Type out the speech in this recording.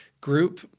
group